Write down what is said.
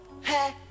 hey